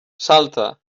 salta